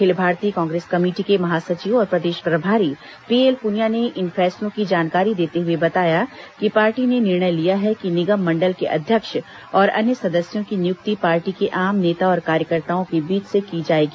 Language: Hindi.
अखिल भारतीय कांग्रेस कमेटी के महासचिव और प्रदेश प्रभारी पीएल पुनिया ने इन फैसलों की जानकारी देते हुए बताया कि पार्टी ने निर्णय लिया है कि निगम मंडल के अध्यक्ष और अन्य सदस्यों की नियुक्ति पार्टी के आम नेता और कार्यकर्ताओं के बीच से की जाएगी